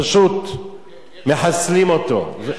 פשוט מחסלים אותו.